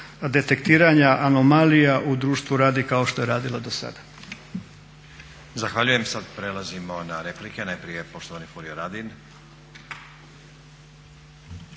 detektiranja anomalija u društvu radi kao što je radila i do sada. **Stazić, Nenad (SDP)** Zahvaljujem. Sada prelazimo na replike. Najprije poštovani Furio Radin.